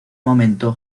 momento